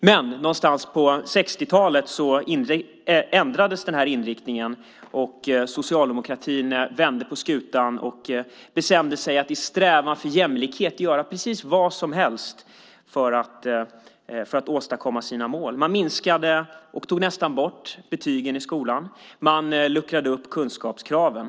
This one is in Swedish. Men någon gång under 60-talet ändrades den här inriktningen. Socialdemokratin vände på skutan och bestämde sig för att, i sin strävan efter jämlikhet, göra precis vad som helst för att åstadkomma sina mål. Man minskade och tog nästan bort betygen i skolan. Man luckrade upp kunskapskraven.